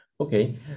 Okay